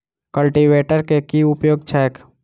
Cultivator केँ की उपयोग छैक?